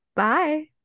Bye